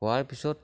হোৱাৰ পিছত